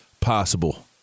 possible